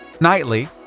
nightly